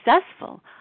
successful